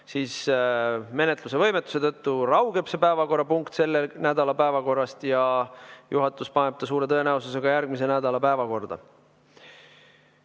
siis menetluse võimetuse tõttu raugeb see päevakorrapunkt selle nädala päevakorrast ja juhatus paneb ta suure tõenäosusega järgmise nädala päevakorda.